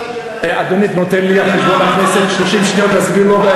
אדוני נותן לי על חשבון הכנסת 30 שניות להסביר לו?